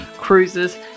cruises